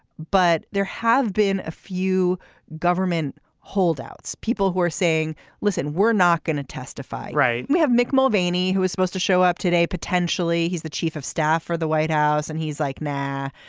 but there have been a few government holdouts people who are saying listen we're not going to testify right we have mick mulvaney who is supposed to show up today potentially. he's the chief of staff for the white house and he's like that.